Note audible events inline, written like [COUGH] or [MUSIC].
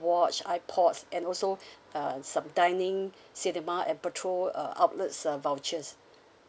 watch ipods and also [BREATH] uh some dining [BREATH] cinema and petrol uh outlets uh vouchers